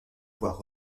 voient